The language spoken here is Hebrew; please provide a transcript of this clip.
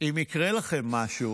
אם יקרה לכם משהו,